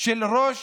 של ראש